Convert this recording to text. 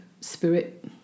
spirit